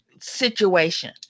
situation